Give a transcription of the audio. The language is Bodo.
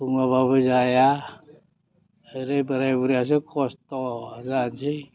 बुङाबाबो जाया ओरै बोराय बुरैयासो खस्थ' जानोसै